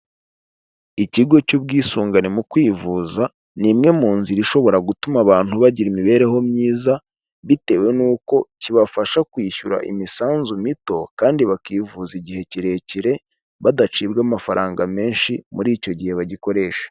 Ikigo cy'ubwisungane mu kwivuza ni imwe mu nzira ishobora gutuma abantu bagira imibereho myiza bitewe n'uko kibafasha kwishyura imisanzu mito, kandi bakivuza igihe kirekire badacibwa amafaranga menshi muri icyo gihe bagikoresha.